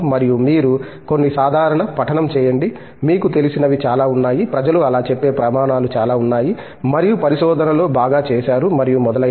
మరియు మీరు కొన్ని సాధారణ పఠనం చేయండి మీకు తెలిసినవి చాలా ఉన్నాయి ప్రజలు అలా చెప్పే ప్రమాణాలు చాలా ఉన్నాయి మరియు పరిశోధనలో బాగా చేసారు మరియు మొదలైనవి